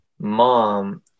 mom